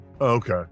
Okay